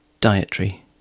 Dietary